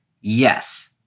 Yes